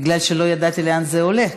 זה בגלל שלא ידעתי לאן זה הולך,